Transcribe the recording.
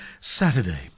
saturday